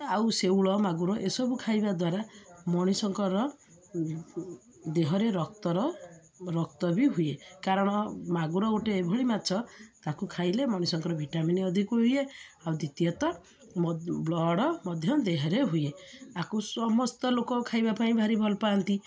ଆଉ ଶେଉଳ ମାଗୁର ଏସବୁ ଖାଇବା ଦ୍ୱାରା ମଣିଷଙ୍କର ଦେହରେ ରକ୍ତର ରକ୍ତ ବି ହୁଏ କାରଣ ମାଗୁର ଗୋଟେ ଏଭଳି ମାଛ ତାକୁ ଖାଇଲେ ମଣିଷଙ୍କର ଭିଟାମିନ ଅଧିକ ହୁଏ ଆଉ ଦ୍ୱିତୀୟତଃ ବ୍ଲଡ଼ ମଧ୍ୟ ଦେହରେ ହୁଏ ଆକୁ ସମସ୍ତ ଲୋକ ଖାଇବା ପାଇଁ ଭାରି ଭଲ ପାଆନ୍ତି